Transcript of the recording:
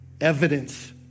evidence